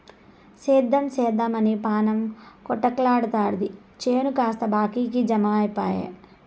సేద్దెం సేద్దెమని పాణం కొటకలాడతాది చేను కాస్త బాకీకి జమైపాయె